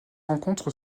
rencontre